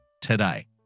Today